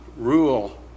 Rule